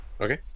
Okay